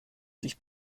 sich